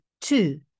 Two